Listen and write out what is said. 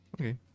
Okay